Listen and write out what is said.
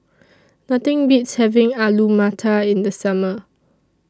Nothing Beats having Alu Matar in The Summer